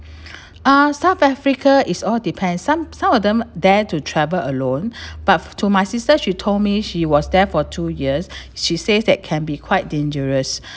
uh south africa is all depends some some of them dare to travel alone but to my sister she told me she was there for two years she says that can be quite dangerous